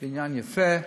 בניין יפה,